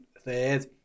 third